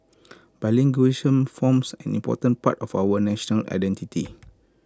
bilingual forms an important part of our national identity